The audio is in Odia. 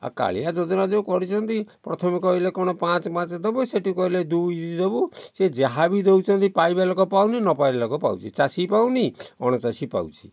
ଆଉ କାଳିଆ ଯୋଜନା ଯେଉଁ କରିଛନ୍ତି ପ୍ରଥମେ କହିଲେ କ'ଣ ପାଞ୍ଚ ପାଞ୍ଚ ଦେବୁ ସେଠୁ କହିଲେ ଦୁଇ ଦେବୁ ସିଏ ଯାହା ବି ଦେଉଛନ୍ତି ପାଇବା ଲୋକ ପାଉନି ନ ପାଇଲା ଲୋକ ପାଉଛି ଚାଷୀ ପାଉନି ଅଣଚାଷୀ ପାଉଛି